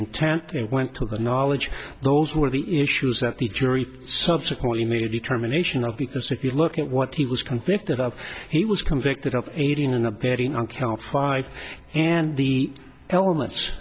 it went to the knowledge those were the issues that the jury subsequently made a determination of because if you look at what he was convicted of he was convicted of aiding and abetting on count five and the elements